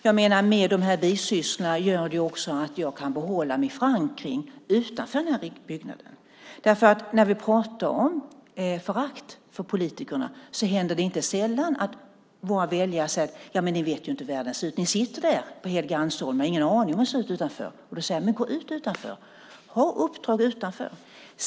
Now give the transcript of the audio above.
Jag menar att bisysslorna också gör att jag kan behålla min förankring utanför den här byggnaden. När vi pratar om förakt för politiker händer det inte sällan att våra väljare säger: Ni vet ju inte hur världen ser ut! Ni sitter där på Helgeandsholmen och har ingen aning om hur det ser ut utanför! Jag säger: Gå ut utanför! Ta uppdrag utanför!